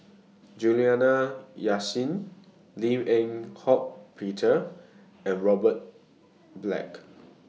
Juliana Yasin Lim Eng Hock Peter and Robert Black